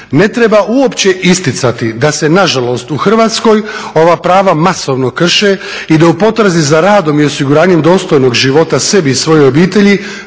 Ne treba uopće isticati da se na žalost u Hrvatskoj ova prava masovno krše i da u potrazi za radom i osiguranjem dostojnog života sebi i svojoj obitelji